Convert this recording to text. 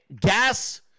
gas